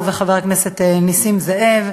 הוא וחבר הכנסת נסים זאב.